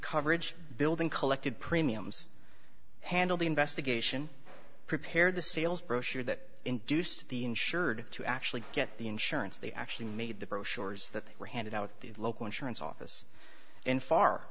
coverage building collected premiums handled the investigation prepared the sales brochure that induced the insured to actually get the insurance they actually made the brochures that were handed out at the local insurance office in far